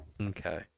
Okay